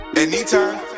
Anytime